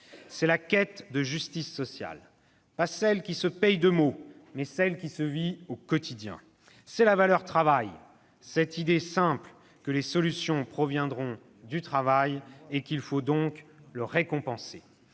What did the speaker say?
C'est la quête de justice sociale, pas celle qui se paye de mots, mais celle qui se vit au quotidien. C'est la valeur travail, cette idée simple que les solutions proviendront du travail et qu'il faut donc le récompenser.